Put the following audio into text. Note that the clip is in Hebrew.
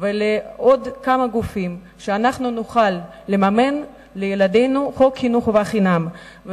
ולעוד כמה גופים שאנחנו נממן לילדינו חינוך חובה חינם.